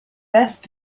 best